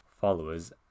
followers